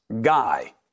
guy